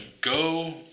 go